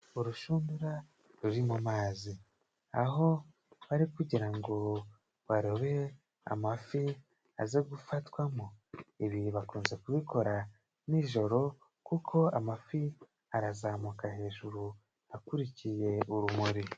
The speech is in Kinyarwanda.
Urushundura ruri mu mazi aho bari kugira ngo barobe amafi aze gufatwamo, ibi bakunze kubikora ni joro kuko amafi arazamuka hejuru akurikiye urumuri.